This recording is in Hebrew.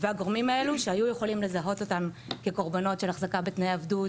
והגורמים האלו שהיו יכולים לזהות אותן כקורבנות של החזקה בתנאי עבדות,